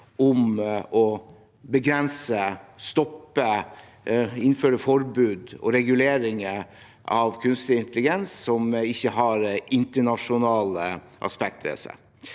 om å begrense, stoppe, innføre forbud og reguleringer av kunstig intelligens som ikke har internasjonale aspekt ved